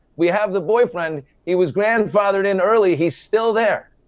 we have the boyfriend. he was grandfathered in early, he's still there.